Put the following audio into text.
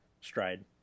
stride